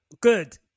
good